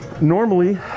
normally